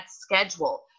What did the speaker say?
schedule